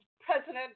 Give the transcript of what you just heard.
president